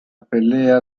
pelea